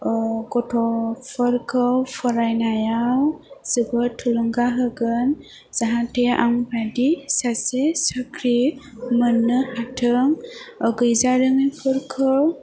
अह गथ'फोरखौ फरायनायाव जोबोथ थलुंगा होगोन जाहाथे आं बायदि सासे साख्रि मोन्नो हाथों गैजारोङिफोरखौ